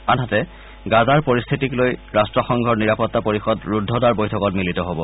আনহাতে গাজাৰ পৰিস্থিতিক লৈ ৰট্টসংঘৰ নিৰাপত্তা পৰিষদ ৰুদ্ধদ্বাৰ বৈঠকত মিলিত হব